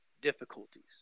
difficulties